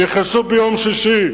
נכנסו ביום שישי,